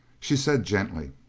she said gently